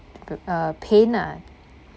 p~ uh pain ah